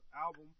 album